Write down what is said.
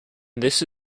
this